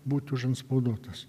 būt užantspauduotas